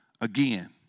again